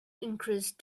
increased